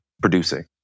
producing